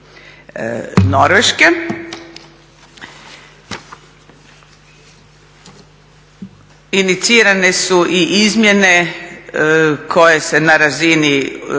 Norveške. Inicirane su i izmjene koje se na razini